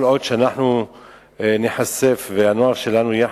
כל עוד אנחנו ניחשף והנוער שלנו יהיה